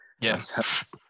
Yes